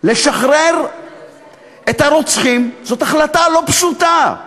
לשחרר את הרוצחים, זאת החלטה לא פשוטה,